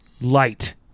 light